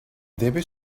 debe